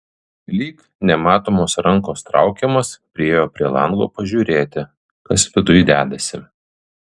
lyg nematomos rankos traukiamas priėjo prie lango pažiūrėti kas viduj dedasi